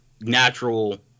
natural